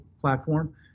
platform